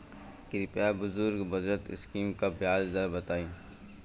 कृपया बुजुर्ग बचत स्किम पर ब्याज दर बताई